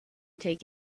take